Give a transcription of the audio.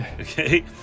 Okay